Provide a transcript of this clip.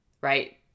right